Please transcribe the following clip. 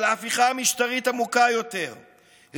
אבל ההפיכה המשטרית עמוקה יותר,